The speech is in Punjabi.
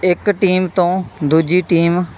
ਇੱਕ ਟੀਮ ਤੋਂ ਦੂਜੀ ਟੀਮ